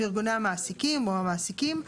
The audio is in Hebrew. לארגוני המעסיקים או המעסיקים.